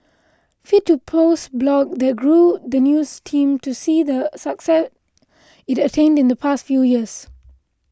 fit to Post blog that grew the news team to see the success it attained in the past few years